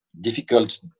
difficult